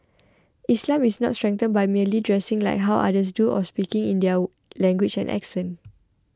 Islam is not strengthened by merely dressing like how others do or speaking in their language and accent